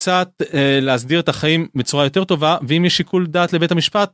קצת להסדיר את החיים בצורה יותר טובה ואם יש שיקול דעת לבית המשפט